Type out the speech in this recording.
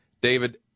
David